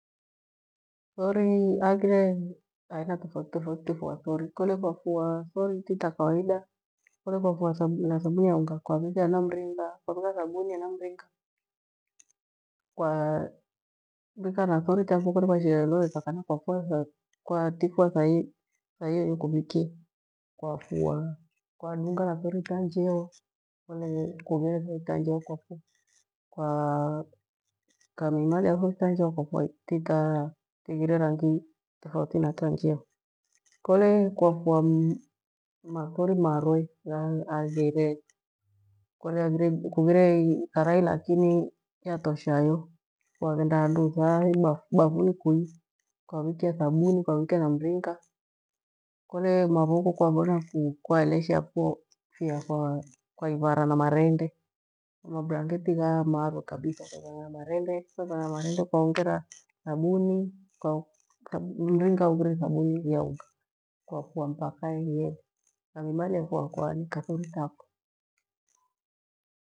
Thori haghire aina tofautitofauti tefua thori kolekwafua thori ti ta kawaida kole kwafua na thabuni ya ungakwa vika hena mringa kuaika thabuni hena mringa kwaarika na thori tafo kole kwashigha ilo weka kana kwatifua thaiyoiyo kwikie, kwafua kwadunga na thoritanjewa kole kungire thoritanjewa ukamimalia thoritanjeva kwafua iti tighire rangi tofauti na tanjewa kole kwafua mathori marweghaya haghire kole haghire ikarai lakini vatoshaya kwaghenda handu thabafuri kui kwavikia thabuni kwavikia na mringa kole mavoko kwavoka ka kwaelesha to fiya kwaivara na marende, mabrangeti ghaya marwe kivaivara na marende, kuaongera thabuni mringa ungire, thabuni kwafua mpaka iele ukamimalia kwaanika thori tafo.